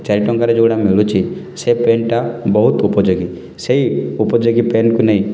ଚାରି ଟଙ୍କାରେ ଯେଉଁଗୁଡ଼ା ମିଳୁଛି ସେ ପେନ୍ଟା ବହୁତ ଉପଯୋଗୀ ସେଇ ଉପଯୋଗୀ ପେନ୍କୁ ନେଇ